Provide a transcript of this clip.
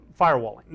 firewalling